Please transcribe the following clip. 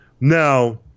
Now